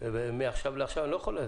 אלא מעכשיו לעכשיו.